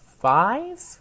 Five